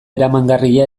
eramangarria